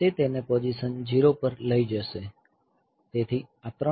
તે તેને પોઝિશન 0 પર લઈ જશે